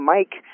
Mike